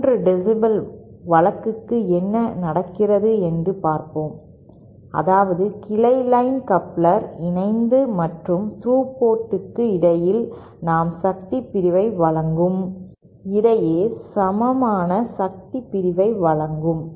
3 dB வழக்குக்கு என்ன நடக்கிறது என்று பார்ப்போம் அதாவது கிளை லைன் கப்ளர் இணைந்த மற்றும் த்ரூ போர்ட்க்கு இடையே சம சக்தி பிரிவை வழங்கும்